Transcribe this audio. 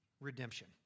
redemption